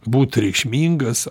būt reikšmingas